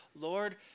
Lord